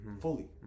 fully